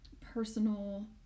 personal